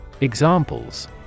Examples